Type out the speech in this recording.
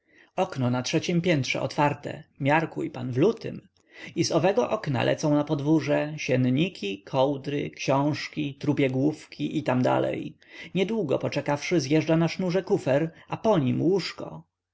okno na trzeciem piętrze otwarte miarkuj pan w lutym i z owego okna lecą na podwórze sienniki kołdry książki trupie główki i tam dalej niedługo poczekawszy zjeżdża na sznurze kufer a po nim łóżko